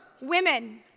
women